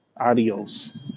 Adios